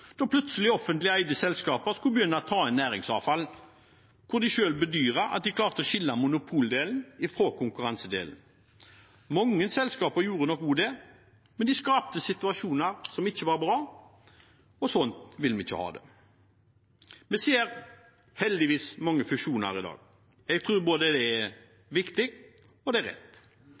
da offentlig eide selskaper plutselig skulle begynne å ta inn næringsavfall, hvor de selv bedyret at de klarte å skille monopoldelen fra konkurransedelen. Mange selskaper gjorde nok også det, men det skapte situasjoner som ikke var bra, og sånn vil vi ikke ha det. Vi ser heldigvis mange fusjoner i dag. Jeg tror det er både viktig og